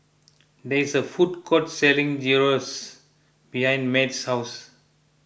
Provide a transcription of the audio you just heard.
there is a food court selling Gyros behind Math's house